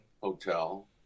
hotel